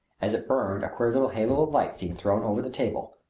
as it burned a queer little halo of light seemed thrown over the table.